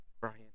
Brian